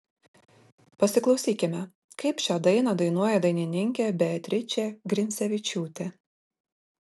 pasiklausykime kaip šią dainą dainuoja dainininkė beatričė grincevičiūtė